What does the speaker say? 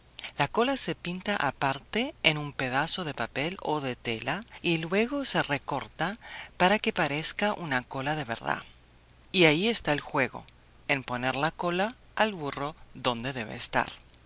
la cola se pinta aparte en un pedazo de papel o de tela y luego se recorta para que parezca una cola de verdad y ahí está el juego en poner la cola al burro donde debe estar